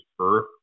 earth